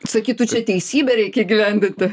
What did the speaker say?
sakytų čia teisybę reikia įgyvendinti